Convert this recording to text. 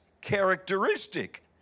characteristic